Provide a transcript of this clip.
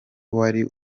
wari